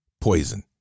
poison